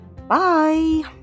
Bye